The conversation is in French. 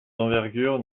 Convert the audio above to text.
d’envergure